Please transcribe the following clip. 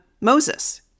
Moses